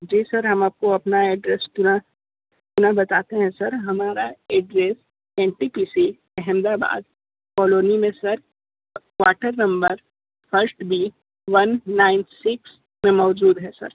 जी sir हम आपको हमारा एड्रेस पुनः पुनः बताते हैं सर हमारा address N T P C Ahmedabad colony में sir quarter number first B one nine six में मौजूद है सर